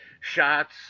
shots